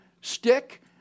stick